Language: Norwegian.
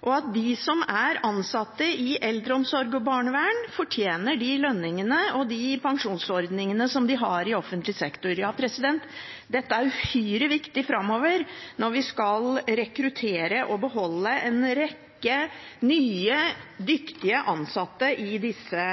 og fordi de som er ansatt i eldreomsorg og barnevern, fortjener de lønningene og de pensjonsordningene man har i offentlig sektor. Dette er uhyre viktig framover, når vi skal rekruttere og beholde en rekke nye, dyktige ansatte i disse